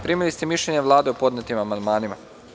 Primili ste mišljenje Vlade o podnetim amandmanima.